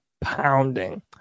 pounding